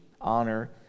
honor